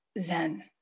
Zen